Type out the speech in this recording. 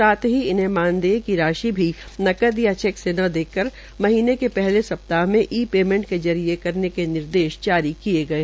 साथ ही इन्हे मानदेय की राशि भी नदक या चेक से न करके महीनें के पहले सप्ताह में ई पेयमेंट के जरिये करने के निर्देश भी दिये गये